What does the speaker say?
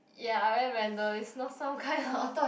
ya very random it's not some kind of